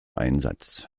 einsatz